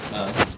(uh huh)